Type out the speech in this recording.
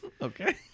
Okay